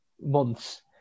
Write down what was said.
months